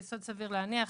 סביר להניח.